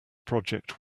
project